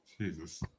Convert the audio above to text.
Jesus